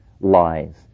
Lies